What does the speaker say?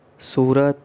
Surat